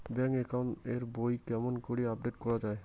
Bank account এর বই কেমন করি আপডেট করা য়ায়?